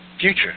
future